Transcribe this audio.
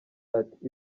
ati